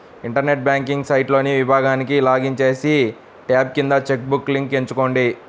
internet banking సైట్లోని విభాగానికి login చేసి, ట్యాబ్ కింద చెక్ బుక్ లింక్ ఎంచుకోండి